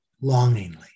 longingly